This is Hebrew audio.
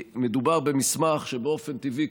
מדובר במסמך שבאופן טבעי,